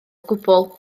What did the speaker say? gwbl